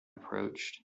approached